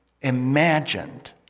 imagined